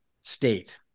state